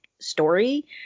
story